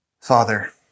Father